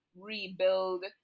rebuild